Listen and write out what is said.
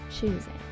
choosing